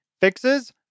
Fixes